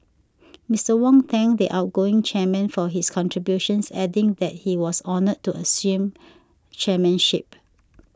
Mister Wong thanked the outgoing chairman for his contributions adding that he was honoured to assume chairmanship